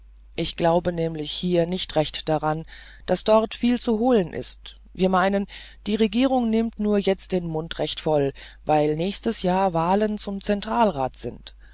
wir glauben nämlich hier nicht recht daran daß dort viel zu holen ist wir meinen die regierung nimmt nur jetzt den mund recht voll weil nächstes jahr wahlen zum zentralrat sind